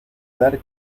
dar